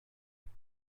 کتاب